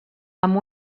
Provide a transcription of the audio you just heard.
amb